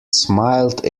smiled